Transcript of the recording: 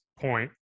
point